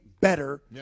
better